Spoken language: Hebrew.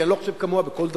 כי אני לא חושב כמוה בכל דבר,